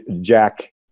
Jack